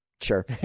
sure